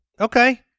okay